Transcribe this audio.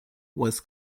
was